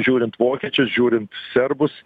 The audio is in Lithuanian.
žiūrint vokiečius žiūrint serbus